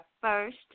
first